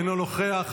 אינו נוכח,